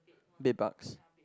big bulks